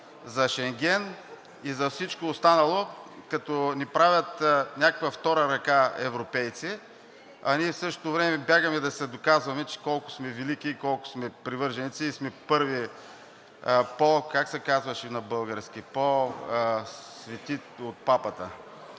за Шенген и за всичко останало, като ни правят някаква втора ръка европейци, а ние в същото време бягаме да се доказваме колко сме велики, колко сме привърженици и сме първи, как се казваше на български, по-свети от папата.